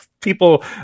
people